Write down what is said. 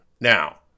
Now